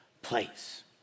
Place